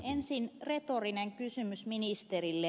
ensin retorinen kysymys ministerille